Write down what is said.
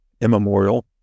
immemorial